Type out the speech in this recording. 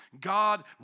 God